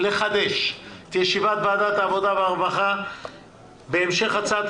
הוועדה צריכה לקבוע הערכת